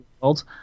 world